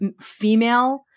female